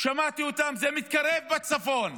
שמעתי אותם: זה מתקרב בצפון,